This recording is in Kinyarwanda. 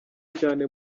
cyane